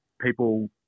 people